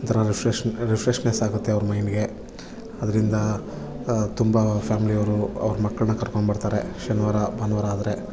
ಒಂಥರ refresh refreshness ಆಗುತ್ತೆ ಅವರ ಮೈಂಡ್ಗೆ ಅದರಿಂದ ತುಂಬ ಫ್ಯಾಮಿಲಿಯವರು ಅವರ ಮಕ್ಕಳ್ಳನ್ನ ಕರ್ಕೊಂಬರ್ತಾರೆ ಶನಿವಾರ ಭಾನುವಾರ ಆದರೆ